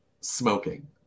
smoking